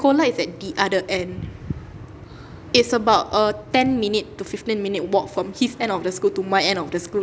my sekolah is at the other end it's about a ten minute to fifteen minute walk from his end of the school to my end of the school